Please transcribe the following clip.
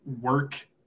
work